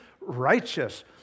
righteous